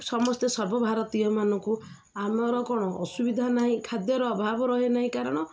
ସମସ୍ତେ ସର୍ବଭାରତୀୟ ମାନାନଙ୍କୁ ଆମର କ'ଣ ଅସୁବିଧା ନାହିଁ ଖାଦ୍ୟର ଅଭାବ ରହେ ନାହିଁ କାରଣ